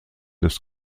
des